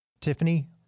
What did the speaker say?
Tiffany